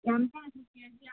వంకాయలు కేజీ ఎంత